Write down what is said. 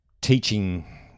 teaching